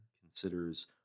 considers